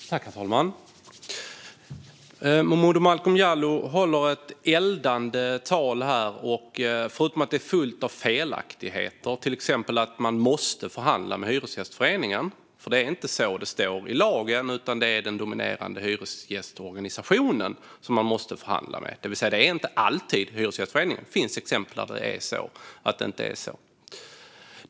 Herr talman! Momodou Malcolm Jallow håller ett eldande tal här. Men det är fullt av felaktigheter, till exempel att man måste förhandla med Hyresgästföreningen. Det är inte så som det står i lagen. Det är den dominerande hyresgästorganisationen som man måste förhandla med, det vill säga att det inte alltid är Hyresgästföreningen. Det finns exempel där det inte är så.